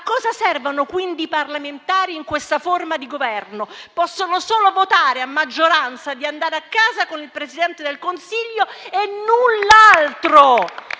A cosa servono, quindi, i parlamentari in questa forma di governo? Possono solo votare, a maggioranza, di andare a casa con il Presidente del Consiglio e null'altro.